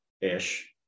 ish